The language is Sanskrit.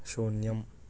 शून्यम्